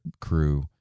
crew